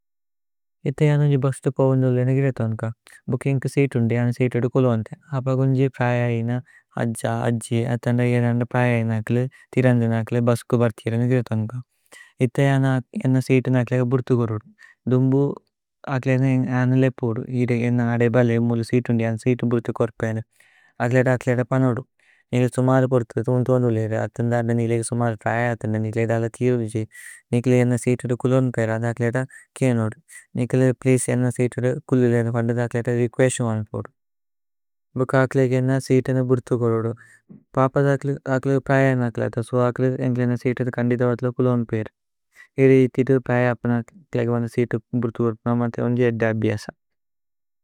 ഇഥേ അന ഉന്ജ ബുസ്തു പോവുന്ദുലേ നേഗിരേ ഥോന്ക। ഇഥേ അന ഉന്ജ ബുസ്തു പോവുന്ദുലേ നേഗിരേ ഥോന്ക। ഭുകിന് കു സീതു ഉന്ദി അന സീതു ദു കുലോന്കേ ഭുകിന്। കു സീതു ഉന്ദി അന സീതു ദു കുലോന്കേ ഹപഗുന്ജി। പ്രഏഅയിന അജ്ജ അജ്ജി അഥന്ദ ഇയ രന്ദ പ്രഏഅയിന। അകലേ ഇഥേ അന ഉന്ജ ബുസ്തു പോവുന്ദുലേ നേഗിരേ। ഥോന്ക ഭുകിന് കു സീതു ഉന്ദി അന സീതു ദു കുലോന്കേ। ഹപഗുന്ജി പ്രഏഅയിന അജ്ജ അജ്ജി അഥന്ദ ഇയ। രന്ദ പ്രഏഅയിന അകലേ തിരന്ജന അകലേ ബുസ്കു। ബര്ഥിര നേഗിരേ ഥോന്ക തിരന്ജന അകലേ ബുസ്കു। ബര്ഥിര നേഗിരേ ഥോന്ക നേഗിലേ സുമര ബുര്ഥിര। ഥുമ്ഥു ഉന്ദുലേ അഥന്ദ അന്ദ നേഗിലേ। സുമര പ്രഏഅയഥ നേഗിലേ ധല തിരു ദുജി നേഗിലേ। അന സീതു ദു കുലോന്പേ, അഥ അകലേത കേന ഓദു। നേഗിലേ പ്ലേഅസേ അന സീതു ദു കുലിലേ അഥ കോന്ദ। അഥ അകലേത രേകുഏസ്യോന അല പോദു ഭുകിന് അകലേഗ। അന സീതു ദു ബുര്ഥു കോരോദു പപദ അകലേഗ। പ്രഏഅയിന അകലേത സോ അകലേഗ അന സീതു ദു കന്। ഇദ വത്ല കുലോന്പേ ഇരി ഇഥി തു പ്രഏഅയപന। അകലേഗ അന സീതു ബുര്ഥു കോരോപന മഥേ। ഉന്ജ ദദ ബിഅസ।